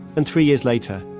and three years later,